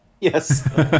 Yes